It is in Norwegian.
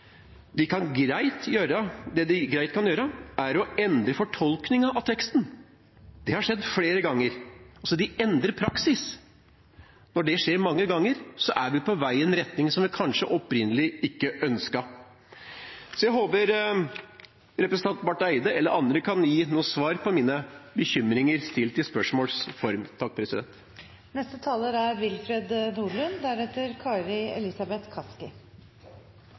de greit kan gjøre, er å endre fortolkningen av teksten. Det har skjedd flere ganger. De endrer altså praksis. Når det skjer mange ganger, er vi på vei i en retning som vi kanskje opprinnelig ikke ønsket. Jeg håper representanten Barth Eide eller andre kan gi svar på mine bekymringer. Foregående taler var inne på forholdet mellom dynamisk avtale og fast avtale. Det er jo sånn at når man endrer fortolkning av et regelverk som man har gått inn i,